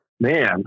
Man